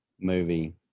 movie